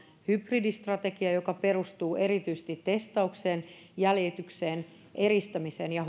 hybridistrategia joka perustuu erityisesti testaukseen jäljitykseen eristämiseen ja